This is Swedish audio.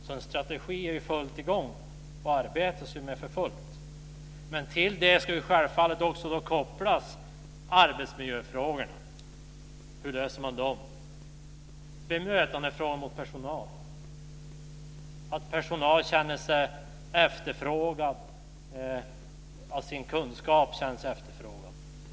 Det arbetas för fullt med en strategi. Men till det ska självfallet också arbetsmiljöfrågorna kopplas. Hur löser man dem? Det handlar om bemötande av personalen, att personalen känner sig efterfrågad och att deras kunskap är efterfrågad.